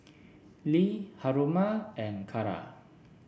Lee Haruma and Kara